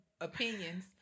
opinions